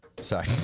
Sorry